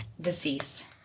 deceased